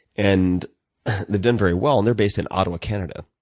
and they've done very well, and they're based in ottawa, canada.